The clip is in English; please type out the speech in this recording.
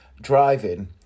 Driving